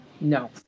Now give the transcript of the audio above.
No